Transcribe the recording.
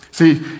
See